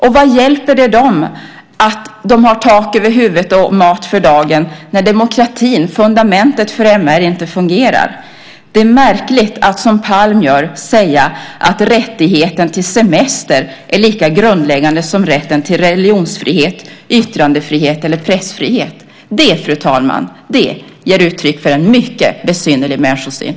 Och vad hjälper det dem att de har tak över huvudet och mat för dagen när demokratin, fundamentet för MR, inte fungerar? Det är märkligt att göra som Palm och säga att rätten till semester är lika grundläggande som rätten till religionsfrihet, yttrandefrihet och pressfrihet. Det, fru talman, ger uttryck för en mycket besynnerlig människosyn.